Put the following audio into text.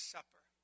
Supper